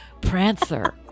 Prancer